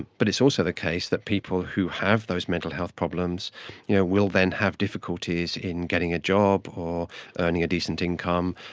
but it's also the case that people who have those mental health problems you know will then have difficulties in getting a job or earning a decent income,